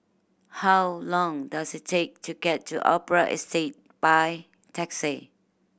how long does it take to get to Opera Estate by taxi